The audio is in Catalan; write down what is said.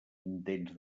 intents